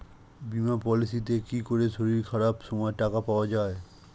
বীমা পলিসিতে কি করে শরীর খারাপ সময় টাকা পাওয়া যায়?